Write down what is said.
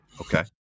Okay